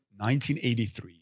1983